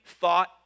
thought